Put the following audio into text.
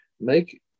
make